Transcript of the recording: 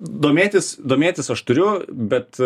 domėtis domėtis aš turiu bet